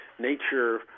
nature